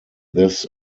this